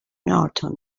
norton